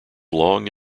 long